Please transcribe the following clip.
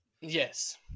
Yes